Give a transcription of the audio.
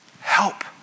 Help